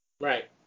Right